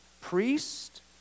priest